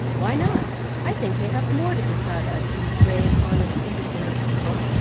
why not? i think they have more to be proud of, these brave, honest, independent people,